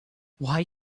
why